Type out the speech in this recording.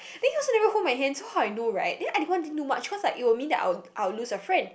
then he also never hold my hands so how I know right then I didn't want to do much cause like it will mean that I'll I'll lose a friend